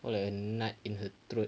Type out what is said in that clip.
for like a nut in her throat